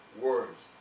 words